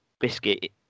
biscuit